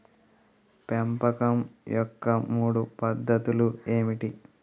పెంపకం యొక్క మూడు పద్ధతులు ఏమిటీ?